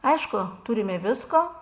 aišku turime visko